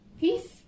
peace